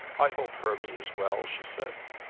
i hope hermy is well? she said.